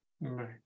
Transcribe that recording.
right